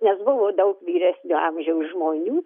nes buvo daug vyresnio amžiaus žmonių